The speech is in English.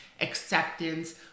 acceptance